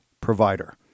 provider